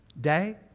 Day